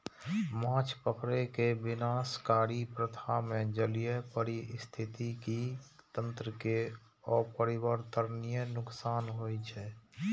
माछ पकड़ै के विनाशकारी प्रथा मे जलीय पारिस्थितिकी तंत्र कें अपरिवर्तनीय नुकसान होइ छै